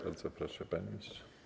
Bardzo proszę, panie ministrze.